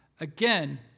Again